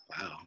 Wow